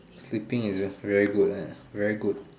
sleeping is very good eh very good